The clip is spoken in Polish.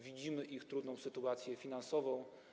Widzimy ich trudną sytuację finansową.